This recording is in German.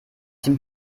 dem